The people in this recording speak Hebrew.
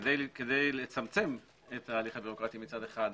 כדי לצמצם את התהליך הבירוקרטי מצד אחד,